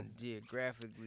geographically